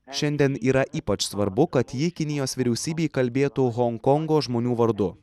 šiandien yra ypač svarbu kad ji kinijos vyriausybei kalbėtų honkongo žmonių vardu